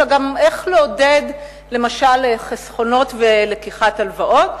אלא גם איך לעודד למשל חסכונות ולקיחת הלוואות.